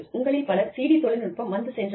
உங்களில் பலர் CD தொழில்நுட்பம் வந்து சென்றது